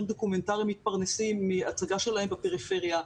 דוקומנטריים מתפרנסים מהצגה שלהם בפריפריה,